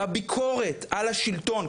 בביקורת על השלטון,